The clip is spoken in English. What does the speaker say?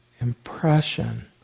impression